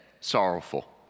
sorrowful